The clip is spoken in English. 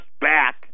back